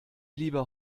lieber